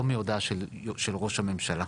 לא מהודעה של ראש הממשלה.